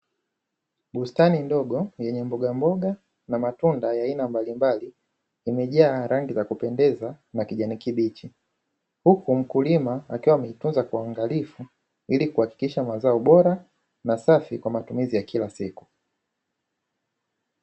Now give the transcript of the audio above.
Bustani ndogo yenye mbogamboga na matunda ya aina mbalimbali imejaa rangi za kupendeza na kijani kibichi, huku mkulima akiwa ameitunza kwa uangalifu ili kuhakikisha mazao bora na safi kwa matumizi ya kila siku.